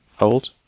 old